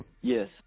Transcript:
Yes